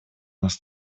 нас